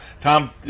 Tom